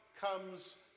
comes